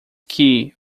que